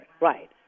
Right